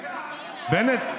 בנט,